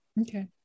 Okay